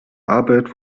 arbeit